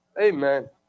amen